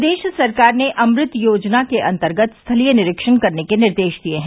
प्रदेश सरकार ने अमृत योजना के अन्तर्गत स्थलीय निरीक्षण करने के निर्देश दिये हैं